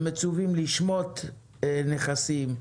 ומצווים לשמוט נכנסים,